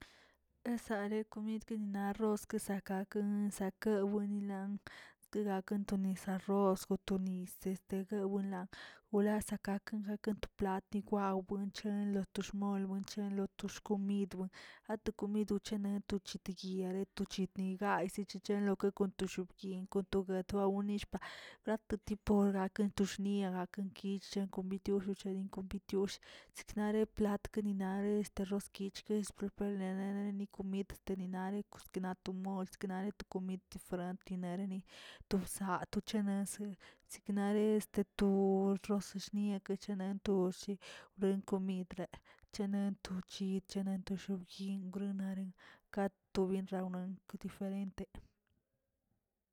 Tesare komid kenina rroz kesakakeni sakawenila sikgakan to nisa rroz go to nisan guwelinan wlasa gak gakan to plat wao buenchalr lo to xmolbuin chen lo to xkomid wen, to komid chene wen to chekgya to chit ni gayzə te chonlo gok kn to xobyin, kon to guet wabuin ratotipogakə xniagakin ki shen kon bitiush lin kon bitiush, siknare plat nare roskich ki na planare lni komid stanenare mosknato mols nare to komid de fot tinareni to sa to chenezə siknare to rosshniake nan to shii, ren komid chenen to chit naꞌ to xob yin grnaꞌ naren to byenrawnikə diferente.